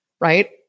right